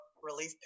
relief